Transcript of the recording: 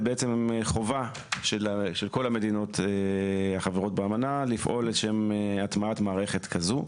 חובה של כל המדינות החברות שאמנה לפעול לשם הטמעת מערכת כזו.